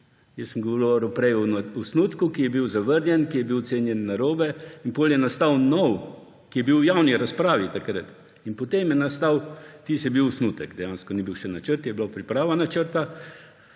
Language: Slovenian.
Jaz sem govoril prej o osnutku, ki je bil zavrnjen, ki je bil ocenjen narobe. Potem je nastal nov, ki je bil v javni razpravi takrat. Prej je bil osnutek dejansko, ni bil še načrt, je bila priprava načrta.